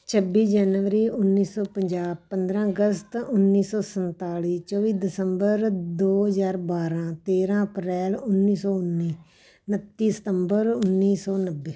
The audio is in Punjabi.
ਛੱਬੀ ਜਨਵਰੀ ਉੱਨੀ ਸੌ ਪੰਜਾਹ ਪੰਦਰ੍ਹਾਂ ਅਗਸਤ ਉੱਨੀ ਸੌ ਸੰਤਾਲੀ ਚੌਵੀ ਦਸੰਬਰ ਦੋ ਹਜ਼ਾਰ ਬਾਰ੍ਹਾਂ ਤੇਰ੍ਹਾਂ ਅਪ੍ਰੈਲ ਉੱਨੀ ਸੌ ਉੱਨੀ ਉਨੱਤੀ ਸਤੰਬਰ ਉੱਨੀ ਸੌ ਨੱਬੇ